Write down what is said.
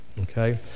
okay